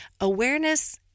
Awareness